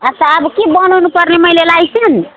अच्छा अब के बनाउनु पर्ने मैले लाइसेन्स